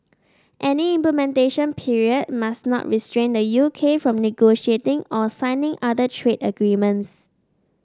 any implementation period must not restrain the U K from negotiating or signing other trade agreements